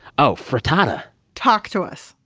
oh, frittata talk to us.